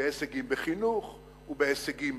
בהישגים בחינוך ובהישגים